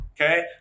okay